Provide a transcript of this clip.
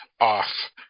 off